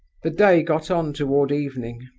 the day got on toward evening.